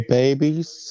babies